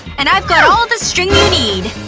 and i've got all the string you need.